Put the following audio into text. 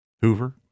Hoover